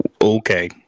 okay